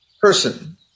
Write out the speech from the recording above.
person